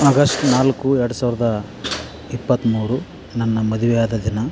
August ನಾಲ್ಕು ಎರಡು ಸಾವಿರದ ಇಪ್ಪತ್ಮೂರು ನನ್ನ ಮದುವೆ ಆದ ದಿನ